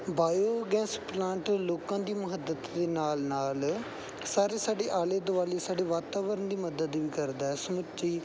biogas plant ਲੋਕਾਂ ਦੀ ਮਦਦ ਦੇ ਨਾਲ ਨਾਲ ਸਾਰੀ ਸਾਡੀ ਆਲੇ ਦੁਆਲੇ ਸਾਡੇ ਵਾਤਾਵਰਨ ਦੀ ਮਦਦ ਵੀ ਕਰਦਾ ਸਮੁੱਚੀ